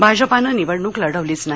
भाजपानं निवडणुक लढवलीच नाही